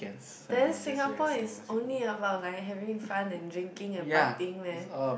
then Singapore is only about like having fun and drinking and partying leh